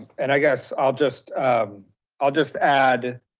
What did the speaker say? and i guess, i'll just i'll just add,